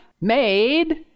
made